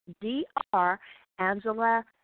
D-R-ANGELA